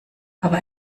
aber